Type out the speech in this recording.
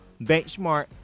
benchmark